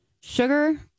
Sugar